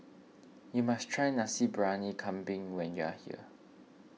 you must try Nasi Briyani Kambing when you are here